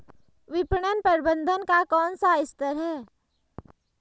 विपणन प्रबंधन का कौन सा स्तर है?